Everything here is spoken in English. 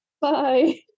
Bye